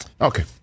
Okay